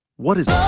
what is